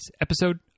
episode